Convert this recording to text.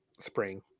spring